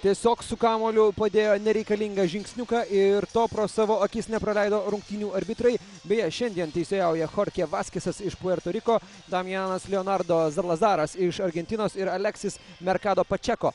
tiesiog su kamuoliu padėjo nereikalingą žingsniuką ir to pro savo akis nepraleido rungtynių arbitrai beje šiandien teisėjauja chorche vaskesas iš puerto riko damianas leonardo zalazaras iš argentinos ir aleksis merkado pačeko